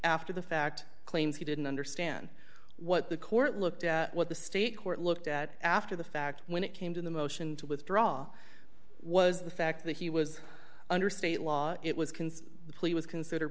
after the fact claims he didn't understand what the court looked at what the state court looked at after the fact when it came to the motion to withdraw was the fact that he was under state law it was